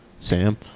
sam